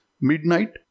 Midnight